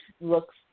looks